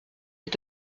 est